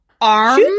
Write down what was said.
arm